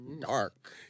dark